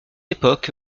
époque